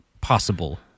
possible